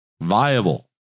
Viable